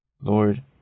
Lord